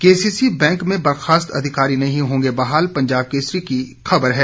KCC bank में बर्खास्त अधिकारी नहीं होंगे बहाल पंजाब केसरी की खबर है